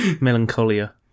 Melancholia